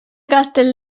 castell